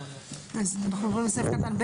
אז אנחנו עוברים לסעיף קטן (ב).